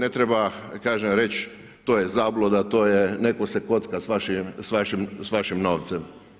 Ne treba, kažem reći to je zabluda, netko se kocka sa vašim novcem.